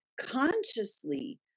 consciously